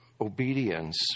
obedience